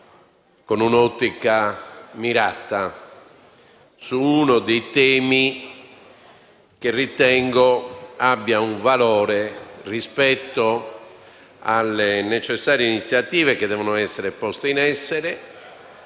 con un'ottica mirata su uno dei temi che ritengo abbia un valore rispetto alle necessarie iniziative che devono essere poste in essere.